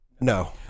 No